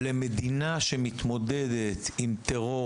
למדינה שמתמודדת עם טרור,